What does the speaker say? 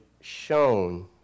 shown